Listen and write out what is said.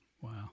Wow